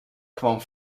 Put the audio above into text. kwam